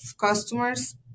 customers